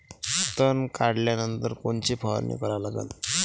तन काढल्यानंतर कोनची फवारणी करा लागन?